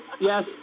Yes